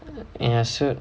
ya so